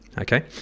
Okay